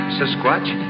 Sasquatch